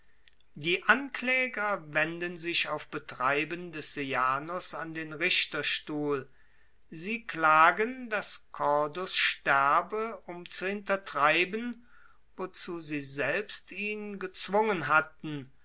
die ankläger wenden sich auf betrieb des sejanus an den richterstuhl sie klagen daß cordus sterbe um zu hintertreiben wozu sie ihn gezwungen hatten